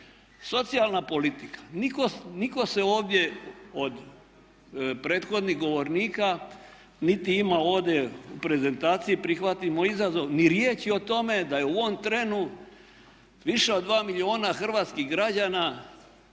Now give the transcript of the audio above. Socijalna politika. Nitko se ovdje od prethodnih govornika niti ima ovdje u prezentaciji "Prihvatimo izazov" ni riječi o tome da je u ovom trenu više od dva milijuna hrvatskih građana